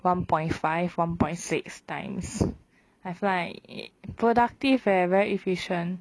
one point five one point six times I feel like productive and very efficient